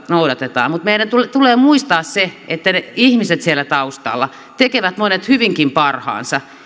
noudatetaan mutta meidän tulee tulee muistaa se että ne ihmiset siellä taustalla tekevät monet hyvinkin parhaansa